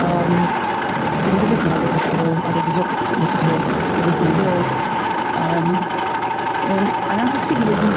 איך וואלט געוויזן וואס איך וויל. אדער געזאגט וואס איך וויל. געוויזן א בילד. און אינגאנצן צוגעוויזן.